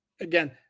again